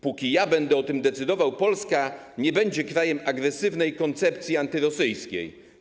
Póki ja będę o tym decydował, Polska nie będzie krajem agresywnej koncepcji antyrosyjskiej.